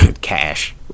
Cash